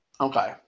Okay